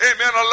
Amen